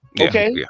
Okay